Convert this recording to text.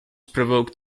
provoked